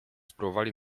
spróbowali